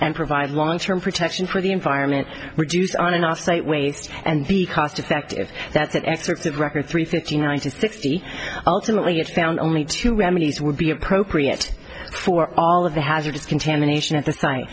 and provide long term protection for the environment reduce on and off site waste and the cost effective that's an excerpt of record three fifty nine hundred sixty ultimately it found only two remedies would be appropriate for all of the hazardous contamination at the site